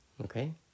Okay